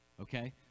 Okay